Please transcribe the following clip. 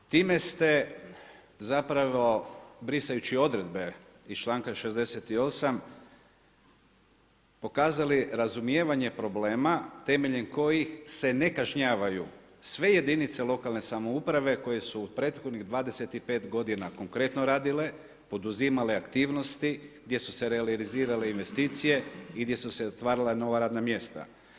Time ste zapravo brisajući odredbe iz članka 68. pokazali razumijevanje problema temeljem kojih se ne kažnjavaju sve jedinice lokalne samouprave koje su prethodnih 25 godina konkretno radile, poduzimale aktivnosti gdje su se realizirale investicije i gdje su se otvarala nova radna mjesta.